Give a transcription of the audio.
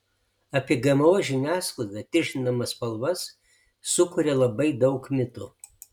apie gmo žiniasklaida tirštindama spalvas sukuria labai daug mitų